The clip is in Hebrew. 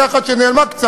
לא יכול לעבור לסדר-היום,